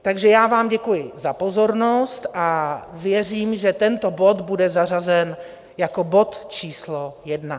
Takže já vám děkuji za pozornost a věřím, že tento bod bude zařazen jako bod číslo 1.